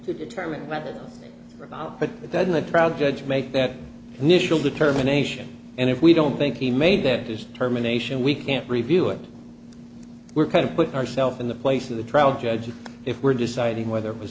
to determine whether the robot but doesn't the trial judge make that initial determination and if we don't think he made that determination we can't review it we're kind of put herself in the place of the trial judge if we're deciding whether it was